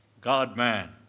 God-man